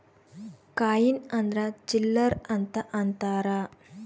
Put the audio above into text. coin ಅಂದ್ರ ಚಿಲ್ಲರ್ ಅಂತ ಅಂತಾರ